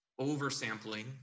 oversampling